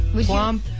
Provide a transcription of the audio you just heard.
plump